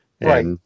Right